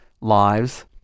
lives